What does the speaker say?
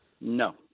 No